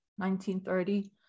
1930